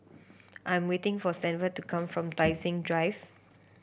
I'm waiting for Stanford to come from Tai Seng Drive